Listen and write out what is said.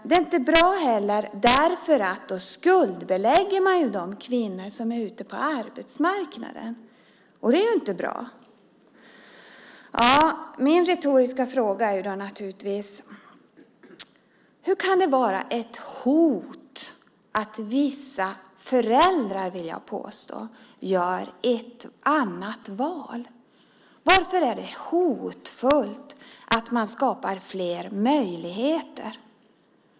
Det är inte bra eftersom man då skuldbelägger de kvinnor som är ute på arbetsmarknaden. Min retoriska fråga är naturligtvis: Hur kan det vara ett hot att vissa föräldrar, vill jag påstå, gör ett annat val? Varför är det hotfullt att man skapar fler möjligheter?